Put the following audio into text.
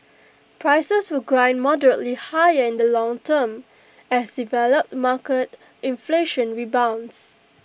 prices will grind moderately higher in the long term as developed market inflation rebounds